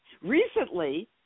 recently